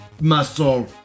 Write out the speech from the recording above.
Muscle